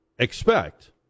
Expect